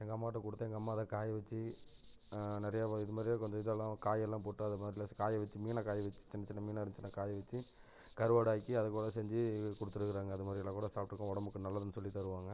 எங்கள் அம்மாகிட்ட கொடுத்து எங்கள் அம்மா அதை காய வச்சி நிறைய இதுமாதிரியே கொஞ்சம் இதல்லாம் காயெல்லாம் போட்டு அதை மாடியில் காய வச்சி மீனை காய வச்சி சின்ன சின்ன மீனை இருந்துச்சின்ன காய வச்சி கருவாடாக்கி அதை கூட செஞ்சு கொடுத்துருக்குறாங்க அதுமாதிரிலாம் கூட சாப்பிட்டுருக்கோம் உடம்புக்கு நல்லதுன்னு சொல்லித்தருவாங்க